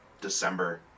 December